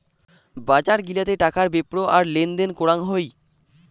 বজার গিলাতে টাকার বেপ্র আর লেনদেন করাং হই